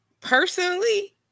personally